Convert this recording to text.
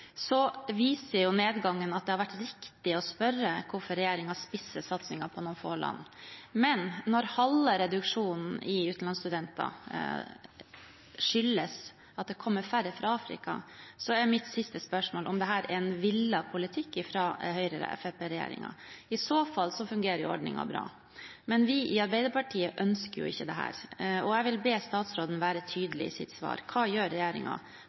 viser jo nedgangen at det har vært viktig å spørre hvorfor regjeringen spisser satsingen på noen få land. Men når halve reduksjonen i antall utenlandsstudenter skyldes at det kommer færre fra Afrika, er mitt siste spørsmål om dette er en villet politikk fra Høyre–Fremskrittsparti-regjeringen. I så fall fungerer ordningen bra. Men vi i Arbeiderpartiet ønsker ikke dette. Jeg vil be statsråden være tydelig i sitt svar: Hva gjør